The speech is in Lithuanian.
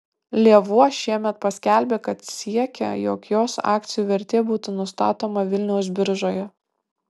lėvuo šiemet paskelbė kad siekia jog jos akcijų vertė būtų nustatoma vilniaus biržoje